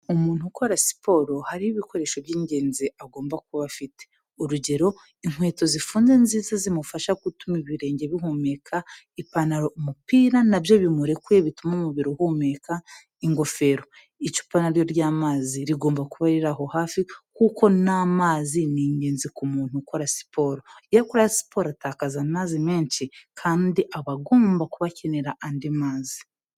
Umuntu ukora siporo hariho ibikoresho by'ingenzi agomba kuba afite. Urugero: inkweto zifunze nziza zimufasha gutuma ibirenge bihumeka, ipantaro, umupira na byo bimurekuye bituma umubiri uhumeka, ingofero. Icupa na ryo ry'amazi rigomba kuba riri aho hafi kuko n'amazi ni ingenzi ku muntu ukora siporo. Iyo akora siporo atakaza amazi menshi kandi aba agomba kuba akenera andi mazi.